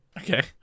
Okay